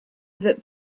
that